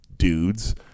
dudes